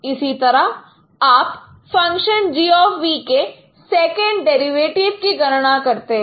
इसी तरह आप फंक्शन G के सेकंड डेरिवेटिव की गणना करते हैं